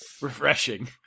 Refreshing